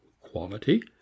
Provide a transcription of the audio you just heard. quality